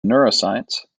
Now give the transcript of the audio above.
neuroscience